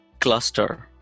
cluster